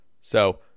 So-